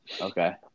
Okay